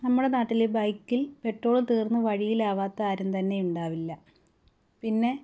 നമ്മുടെ നാട്ടിൽ ബൈക്കിൽ പെട്രോള് തീർന്ന് വഴിയിലാകാത്ത ആരും തന്നെ ഉണ്ടാവില്ല പിന്നെ